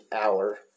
hour